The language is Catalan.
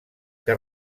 que